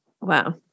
Wow